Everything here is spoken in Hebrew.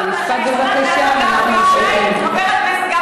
תסיים את המשפט בבקשה, ואנחנו ממשיכים.